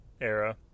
era